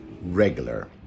regular